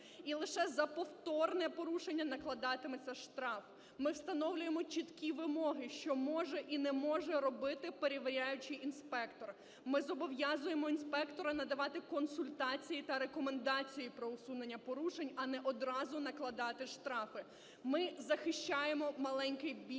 і лише за повторне порушення накладатиметься штраф. Ми встановлюємо чіткі вимоги, що може і не може робити перевіряючий інспектор. Ми зобов'язуємо інспектора надавати консультації та рекомендації про усунення порушень, а не одразу накладати штрафи. Ми захищаємо маленький бізнес